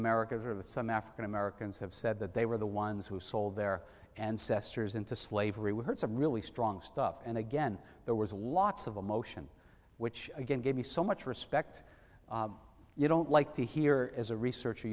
americans or that some african americans have said that they were the ones who sold their ancestors into slavery we heard some really strong stuff and again there was lots of emotion which again gave me so much respect you don't like to hear as a researcher